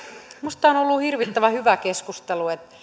minusta tämä on ollut hirvittävän hyvä keskustelu että